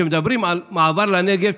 כשמדברים על מעבר לנגב,